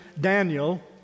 Daniel